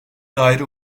dair